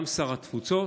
גם שר התפוצות,